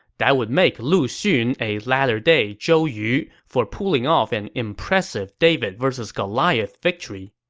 that would make lu xun a latter-day zhou yu for pulling off an impressive david-vs goliath victory.